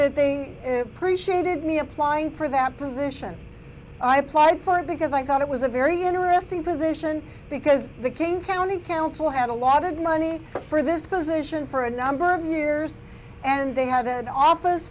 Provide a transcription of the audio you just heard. that they appreciated me applying for that position i applied for because i thought it was a very interesting position because the king county council had a lot of money for this position for a number of years and they have an office